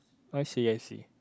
I see I see